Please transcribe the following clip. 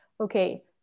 okay